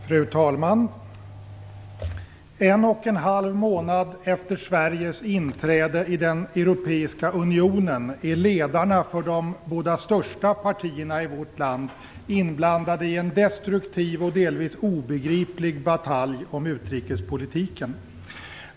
Fru talman! En och en halv månad efter Sveriges inträde i den europeiska unionen är ledarna för de två största partierna i vårt land inblandade i en destruktiv och delvis obegriplig batalj om utrikespolitiken.